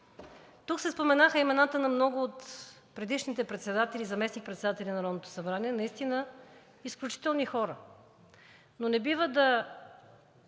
Тук се споменаха имената на много от предишните председатели и заместник-председатели на Народното събрание. Наистина изключителни хора. Но не бива да